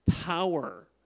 power